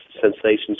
sensations